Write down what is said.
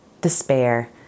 despair